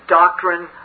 doctrine